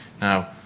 Now